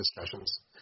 discussions